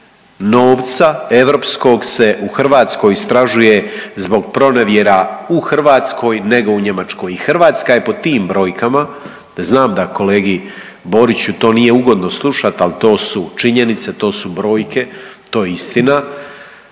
novca europskog se u Hrvatskoj se istražuje zbog pronevjera u Hrvatskoj nego u Njemačkoj. I Hrvatska je po tim brojkama, znam da kolegi Boriću to nije ugodno slušat, al to su činjenice, to su brojke, to je istina.